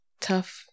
tough